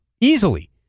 Easily